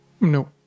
No